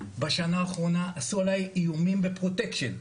בשנה האחרונה עשו עלי איומים בפרוטקשן.